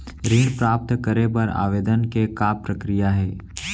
ऋण प्राप्त करे बर आवेदन के का प्रक्रिया हे?